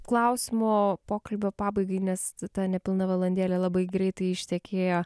klausimo pokalbio pabaigai nes ta nepilna valandėlė labai greitai ištekėjo